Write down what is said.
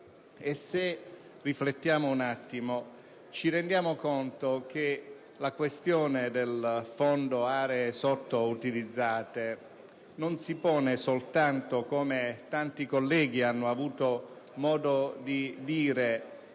Se ci fermiamo a riflettere ci rendiamo conto che la questione del Fondo aree sottoutilizzate non si pone soltanto, come tanti colleghi hanno avuto modo di dire